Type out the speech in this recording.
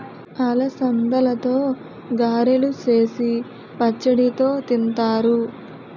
అలసందలతో గారెలు సేసి పచ్చడితో తింతారు